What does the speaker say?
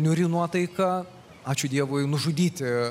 niūri nuotaika ačiū dievui nužudyti